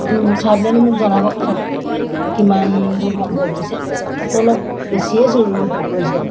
চাই পেলাইনি মোক জনাব কথাটো কিমান দূৰ সম্ভৱ হৈছে মোক অলপ বেছিয়ে জৰুৰী হৈ পৰিছে